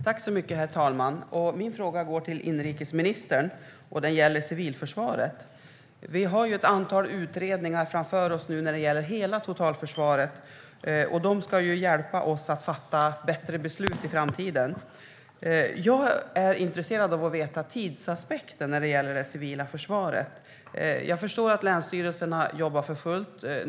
Herr talman! Min fråga går till inrikesministern och gäller civilförsvaret. Vi har ett antal utredningar framför oss när det gäller hela totalförsvaret. De ska hjälpa oss att fatta bättre beslut i framtiden. Jag är intresserad av att få veta tidsaspekten när det gäller det civila försvaret. Jag förstår att länsstyrelserna jobbar för fullt.